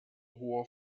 hoher